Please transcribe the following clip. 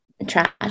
Trash